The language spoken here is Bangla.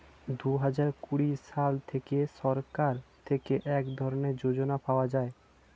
দুহাজার কুড়ি সাল থেকে সরকার থেকে এক ধরনের যোজনা পাওয়া যায়